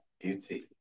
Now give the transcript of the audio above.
beauty